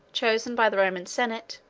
chosen by the roman senate,